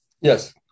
Yes